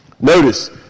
Notice